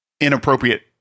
inappropriate